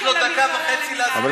יש לו דקה וחצי להסביר.